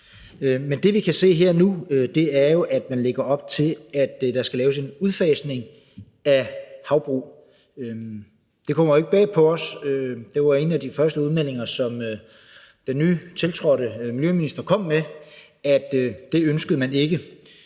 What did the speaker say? Men det, vi kan se her og nu, er jo, at man lægger op til, at der skal laves en udfasning af havbrug. Det kommer jo ikke bag på os. Det var en af de første udmeldinger, som den nytiltrådte miljøminister kom med. Man ønskede ikke